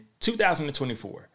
2024